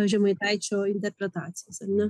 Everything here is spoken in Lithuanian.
žemaitaičio interpretacijas ar ne